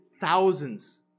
thousands